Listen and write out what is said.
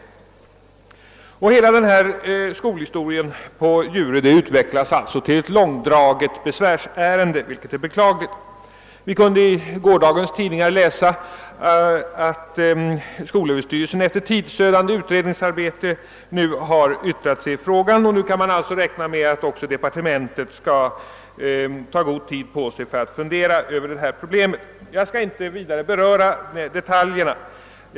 Hela denna skolhistoria på Djurö utvecklas således till ett långdraget besvärsärende, vilket är beklagligt. Vi kunde i gårdagens tidningar läsa att skolöverstyrelsen efter tidsödande utredningsarbete nu yttrat sig i frågan och att man nu inom departementet kommer att ta god tid på sig för att fundera över problemet. Jag skall inte vidare beröra detaljerna i ärendet.